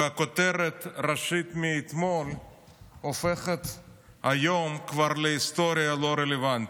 והכותרת הראשית מאתמול הופכת היום כבר להיסטוריה לא רלוונטית.